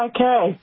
Okay